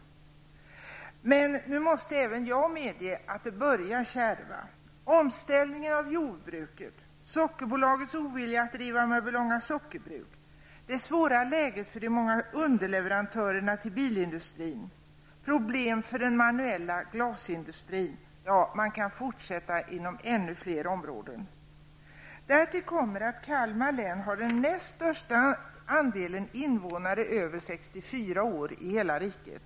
Men nu måste även jag medge att det börjar bli kärvt. Som exempel kan jag nämna omställningen av jordbruket, sockerbolagets ovilja att riva Mörbylånga Sockerbruk, det svåra läget för de många underleverantörerna till bilindustrin och problem för den manuella glasindustrin. Därtill kommer att Kalmar län har den näst största andelen invånare över 64 år i hela riket.